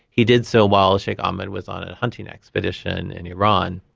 he did so while sheikh ahmad was on a hunting expedition in iran,